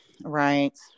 right